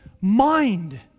mind